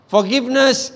Forgiveness